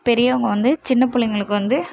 பெரியவங்க வந்து சின்ன பிள்ளைங்களுக்கு வந்து